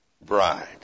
bride